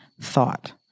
thought